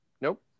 Nope